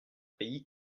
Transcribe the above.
pays